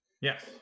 Yes